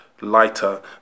lighter